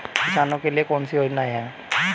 किसानों के लिए कितनी योजनाएं हैं?